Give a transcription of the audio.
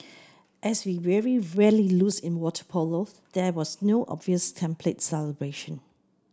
as we very rarely lose in water polo there was no obvious template celebration